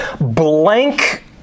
blank